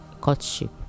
courtship